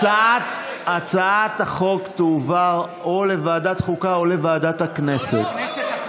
הצעת החוק תועבר או לוועדת חוקה או לוועדת הכנסת.